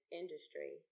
industry